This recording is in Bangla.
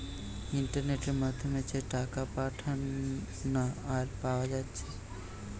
ইন্টারনেটের মাধ্যমে যে টাকা পাঠানা আর পায়া যাচ্ছে